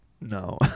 No